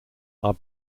are